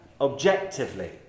objectively